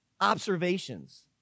observations